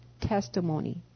testimony